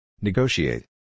Negotiate